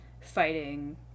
fighting